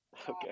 Okay